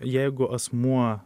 jeigu asmuo